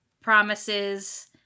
promises